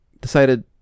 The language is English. decided